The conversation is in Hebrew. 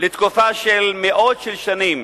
בתקופה של מאות של שנים